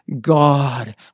God